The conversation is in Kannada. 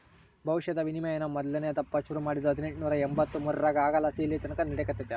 ಭವಿಷ್ಯದ ವಿನಿಮಯಾನ ಮೊದಲ್ನೇ ದಪ್ಪ ಶುರು ಮಾಡಿದ್ದು ಹದಿನೆಂಟುನೂರ ಎಂಬಂತ್ತು ಮೂರರಾಗ ಅವಾಗಲಾಸಿ ಇಲ್ಲೆತಕನ ನಡೆಕತ್ತೆತೆ